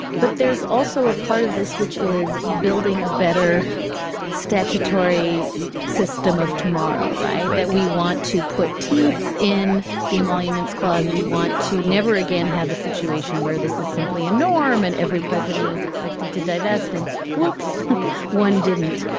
but there's also a part of this which is building a better statutory system of tomorrow. right. we want to put teeth in the emoluments clause. we want to never again have a situation where this is simply a norm and every president is expected to divest and woops one didn't.